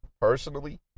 personally